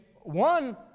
one